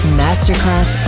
masterclass